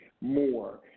more